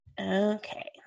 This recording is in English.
Okay